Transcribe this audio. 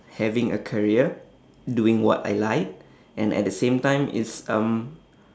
having a career doing what I like and at the same time it's um